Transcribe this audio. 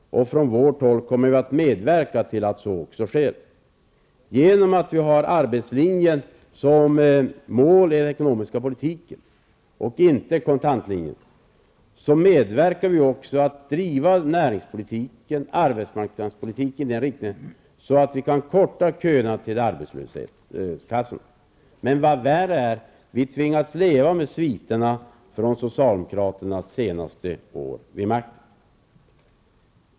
Från vårt håll kommer vi också att medverka till att så kommer att ske. Eftersom vi har arbetslinjen som mål i den ekonomiska politiken och inte kontantlinjen, medverkar vi också till att driva näringspolitiken och arbetsmarknadspolitiken så, att vi kan förkorta köerna till arbetslöshetskassorna. Vad värre är: Vi tvingas leva med sviterna efter socialdemokraternas senaste år vid makten.